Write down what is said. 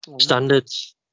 Standards